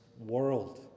world